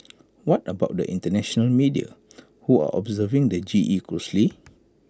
what about the International media who are observing the G E closely